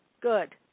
Good